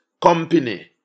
company